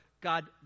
God